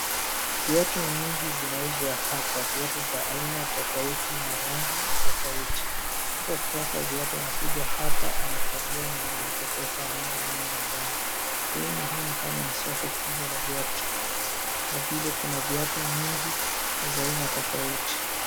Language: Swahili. Viatu mingi zinauzwa hapa. Viatu za aina tofauti na rangi tofauti. Mtu akitaka viatu anakuja hapa, anachagua na analipa pesa anaenda nayo nyumbani. Sehemu hii ni kama ni soko kubwa la viatu kwa vile kuna viatu mingi na za aina tofauti.